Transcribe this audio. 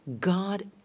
God